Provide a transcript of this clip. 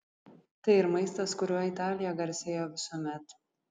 tai ir maistas kuriuo italija garsėjo visuomet